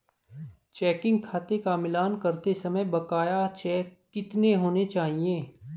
Checking खाते का मिलान करते समय बकाया चेक कितने होने चाहिए?